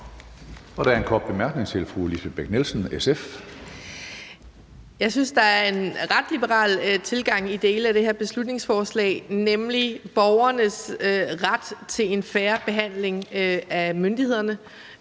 Jeg synes, der er en ret liberal tilgang i dele af det her beslutningsforslag, nemlig når det gælder borgernes ret til en fair behandling af myndighederne,